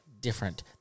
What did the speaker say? different